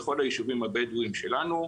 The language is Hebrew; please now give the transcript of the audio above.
בכל היישובים הבדואים שלנו,